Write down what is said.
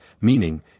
meaning